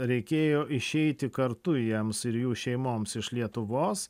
reikėjo išeiti kartu jiems ir jų šeimoms iš lietuvos